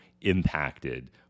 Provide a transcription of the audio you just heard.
impacted